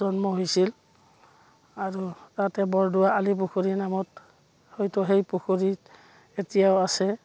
জন্ম হৈছিল আৰু তাতে বৰদোৱা আলি পুখুৰীৰ নামত হয়তো সেই পুখুৰীত এতিয়াও আছে